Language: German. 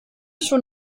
schon